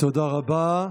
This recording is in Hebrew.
תודה רבה.